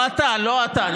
לא הייתי, לא אתה, לא אתה.